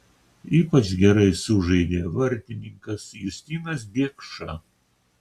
ypač gerai sužaidė vartininkas justinas biekša